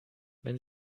wenn